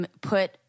put